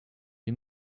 you